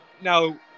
now